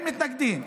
הם מתנגדים.